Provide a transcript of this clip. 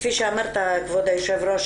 כפי שאמרת כבוד היו"ר,